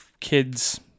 kids